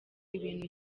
ibintu